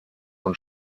und